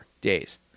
days